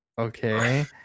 okay